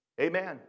Amen